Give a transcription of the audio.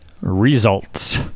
results